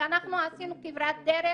ואנחנו עשינו כברת דרך